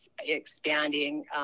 expanding